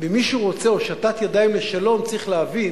ומי שרוצה הושטת ידיים לשלום צריך להבין